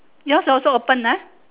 yours also open ah